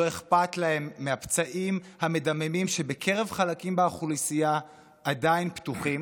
לא אכפת להם מהפצעים המדממים שבקרב חלקים מהאוכלוסייה עדיין פתוחים,